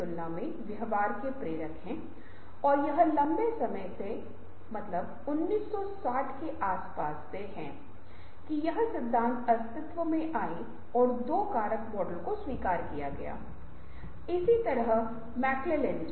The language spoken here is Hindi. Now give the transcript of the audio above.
वे कंपनी के परिसर के दौरान होंगे कंपनी के कार्य घंटों के दौरान वे चर्चा करेंगे कि हम उत्पाद या सेवाओं की गुणवत्ता में सुधार करने के लिए क्या कर सकते हैं और कुछ उपकरण और तकनीक हैं जिनसे बात की जाती है जैसे प्रभाव आरेख फिर पेरेटो विश्लेषण वे छोटे उपकरण उनके बरेमे बात कर रहे हैं